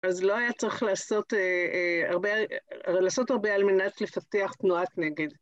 אז לא היה צריך לעשות הרבה על מנת לפתח תנועת נגד.